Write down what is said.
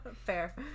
Fair